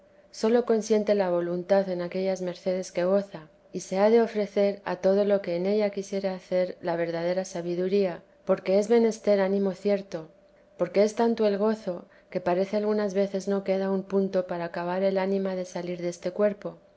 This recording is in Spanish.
sólo consiente la voluntad en aquellas mercedes que goza y se ha de ofrecer a todo lo que en ella quisiere hacer la verdadera sabiduría porque es menester ánimo cierto porque es tanto el gozo que parece algunas veces no queda un punto para acabar el ánima de salir deste cuerpo